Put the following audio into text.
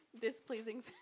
displeasing